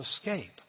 escape